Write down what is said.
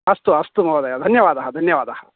अस्तु अस्तु महोदय धन्यवादः धन्यवादः